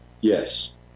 Yes